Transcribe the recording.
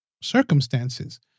circumstances